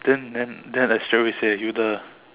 then then then I straight away say you the